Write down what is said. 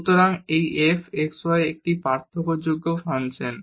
সুতরাং এই f x y একটি পার্থক্যযোগ্য ফাংশন